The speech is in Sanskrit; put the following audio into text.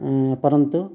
परन्तु